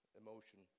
emotion